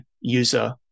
user